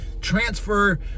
Transfer